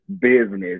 business